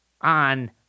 on